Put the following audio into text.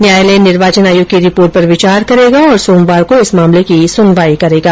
न्यायालय निर्वाचन आयोग की रिपोर्ट पर विचार करेगा और सोमवार को इस मामले की सुनवाई करेगा